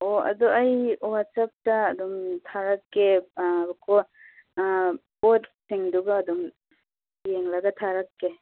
ꯑꯣ ꯑꯗꯨ ꯑꯩ ꯋꯥꯠꯁꯑꯞꯇ ꯑꯗꯨꯝ ꯊꯔꯛꯀꯦ ꯄꯣꯠ ꯄꯣꯠꯁꯤꯡꯗꯨꯒ ꯑꯗꯨꯝ ꯌꯦꯡꯂꯒ ꯊꯔꯛꯀꯦ